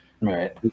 Right